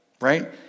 right